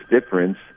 difference